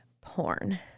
porn